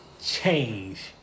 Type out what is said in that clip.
change